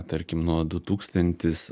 tarkim nuo du tūkstantis